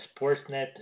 Sportsnet